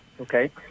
Okay